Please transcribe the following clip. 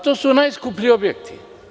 To su najskuplji objekti.